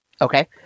Okay